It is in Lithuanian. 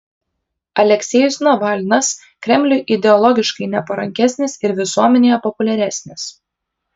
aleksejus navalnas kremliui ideologiškai neparankesnis ir visuomenėje populiaresnis